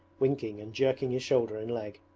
winking and jerking his shoulder and leg.